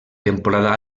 temporada